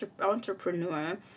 entrepreneur